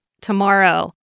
tomorrow